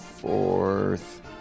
Fourth